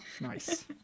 Nice